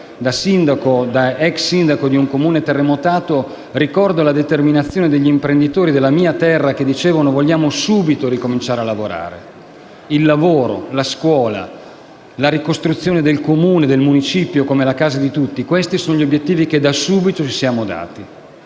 da ex sindaco di un Comune terremotato, ricordo la determinazione degli imprenditori della mia terra che dicevano di voler subito ricominciare a lavorare. Il lavoro, la scuola, la ricostruzione del Comune, del municipio, inteso come la casa di tutti: questi sono gli obiettivi che ci siamo dati